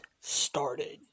started